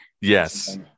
yes